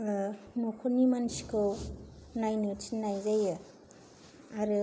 न'खरनि मानसिखौ नायनो थिननाय जायो आरो